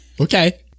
Okay